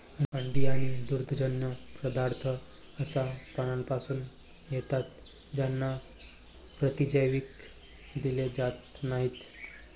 अंडी आणि दुग्धजन्य पदार्थ अशा प्राण्यांपासून येतात ज्यांना प्रतिजैविक दिले जात नाहीत